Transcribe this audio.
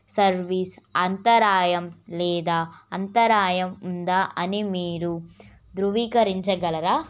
service అంతరాయం లేదా అంతరాయం ఉందా అని మీరు ధృవీకరించగలరా